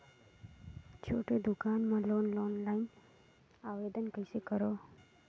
छोटे दुकान बर लोन ऑफलाइन आवेदन कइसे करो?